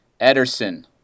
Ederson